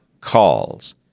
calls